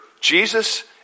Jesus